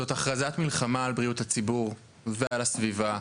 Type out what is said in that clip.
זאת הכרזת מלחמה על בריאות הציבור ועל הסביבה.